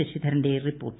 ശശിധരന്റെ report